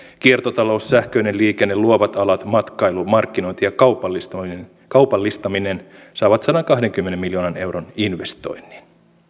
kiertotalous sähköinen liikenne luovat alat matkailu markkinointi ja kaupallistaminen kaupallistaminen saavat sadankahdenkymmenen miljoonan euron investoinnin